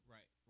Right